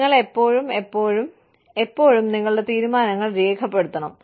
നിങ്ങൾ എപ്പോഴും എപ്പോഴും എപ്പോഴും നിങ്ങളുടെ തീരുമാനങ്ങൾ രേഖപ്പെടുത്തണം